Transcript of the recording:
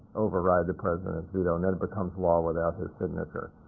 override the president's veto, and then it becomes law without his signature.